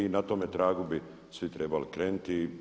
I na tome tragu bi svi trebali krenuti.